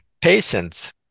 patients